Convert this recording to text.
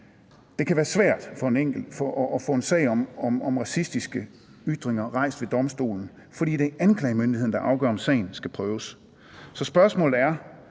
Det kan være svært at få en sag om racistiske ytringer rejst ved domstolene, fordi det er anklagemyndigheden, der afgør, om sagen skal prøves. Så spørgsmålet er,